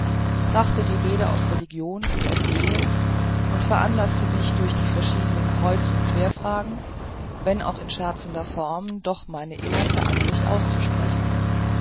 brachte die rede auf religion und auf ehe und veranlaßte mich durch die verschiedensten kreuz und querfragen wenn auch in scherzender form doch meine innersten ansichten auszusprechen